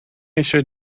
eisiau